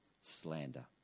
slander